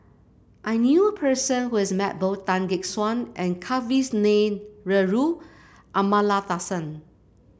I knew a person who has met both Tan Gek Suan and Kavignareru Amallathasan